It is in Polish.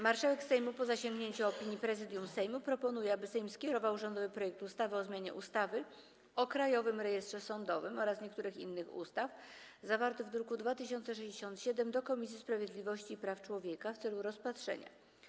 Marszałek Sejmu, po zasięgnięciu opinii Prezydium Sejmu, proponuje, aby Sejm skierował rządowy projekt ustawy o zmianie ustawy o Krajowym Rejestrze Sądowym oraz niektórych innych ustaw zawarty w druku nr 2067 do Komisji Sprawiedliwości i Praw Człowieka w celu rozpatrzenia.